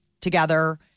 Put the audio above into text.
together